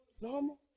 normal